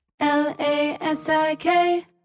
L-A-S-I-K